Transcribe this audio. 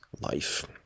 life